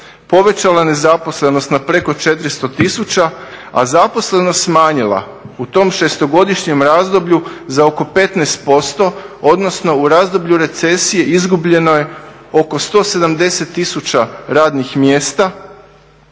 povećala nezaposlenost na preko 400 tisuća, a zaposlenost smanjila u tom šestogodišnjem razdoblju za oko 15% odnosno u razdoblju recesije izgubljeno je oko 170 tisuća radnih mjesta,